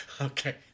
Okay